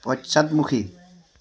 পশ্চাদমুখী